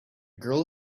girl